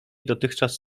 dotychczas